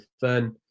fun